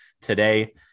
today